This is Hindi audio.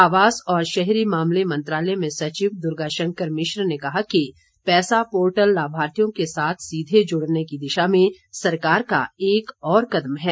आवास और शहरी मामले मंत्रालय में सचिव दुर्गाशंकर मिश्र ने कहा कि पैसा पोर्टल लाभार्थियों के साथ सीधे जुड़ने की दिशा में सरकार का एक और कदम है